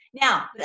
Now